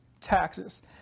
taxes